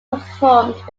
performed